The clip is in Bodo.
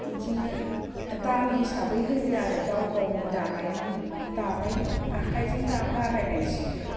बिदिनो दान हिसाबै होयो आरो गाव गावनि दानाय आखाइजों बानायनाय जिखौ